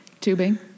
Tubing